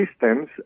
systems